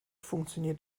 funktioniert